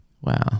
Wow